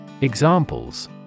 Examples